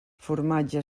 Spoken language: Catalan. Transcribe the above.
formatge